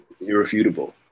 irrefutable